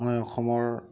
মই অসমৰ